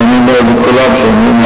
אני אומר את זה לכולם כשאומרים לי "שר".